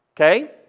okay